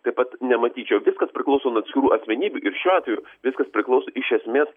taip pat nematyčiau viskas priklauso nuo atskirų asmenybių ir šiuo atveju viskas priklauso iš esmės